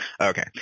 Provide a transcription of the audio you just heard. Okay